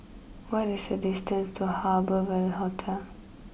what is the distance to Harbour Ville Hotel